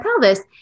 pelvis